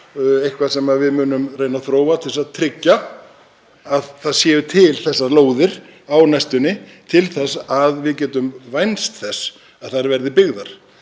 eitthvað sem við munum reyna að þróa til að tryggja að til séu lóðir á næstunni til að við getum vænst þess að þær verði byggðar.